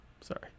Sorry